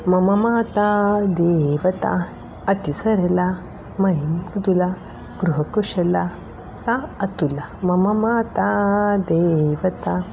मम माता देवता अतिसरला मयि मृदुला गृहकुशला सा अतुला मम माता देवता